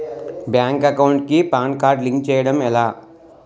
Bank account కి PAN card link చేయడం ఎలా?